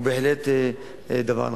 זה בהחלט דבר נכון.